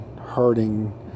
hurting